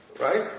Right